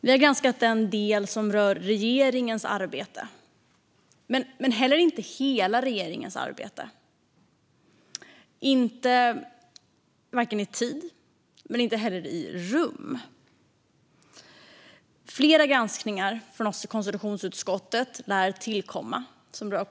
Vi har granskat den del som rör regeringens arbete men inte hela regeringens arbete, varken i tid eller i rum. Flera granskningar som rör corona lär tillkomma från oss i konstitutionsutskottet.